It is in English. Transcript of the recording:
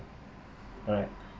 correct